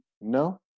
No